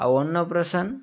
ଆଉ ଅନ୍ନପ୍ରାଶନ